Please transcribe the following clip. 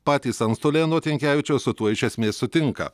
patys antstoliai anot jankevičiaus su tuo iš esmės sutinka